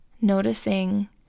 noticing